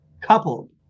coupled